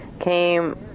came